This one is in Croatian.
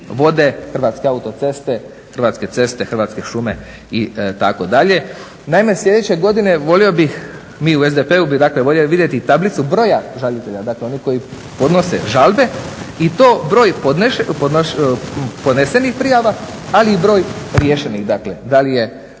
vode, Hrvatske autoceste, Hrvatske ceste, Hrvatske šume itd. Naime, sljedeće godine volio bih, mi u SDP-u bi dakle voljeli vidjeti i tablicu broja žalitelja, dakle onih koji podnose žalbe i to broj podnesenih prijava, ali i broj riješenih. Dakle, da li je